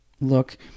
look